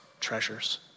treasures